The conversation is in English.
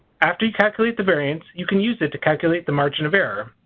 after you calculate the variance you can use it to calculate the margin of error.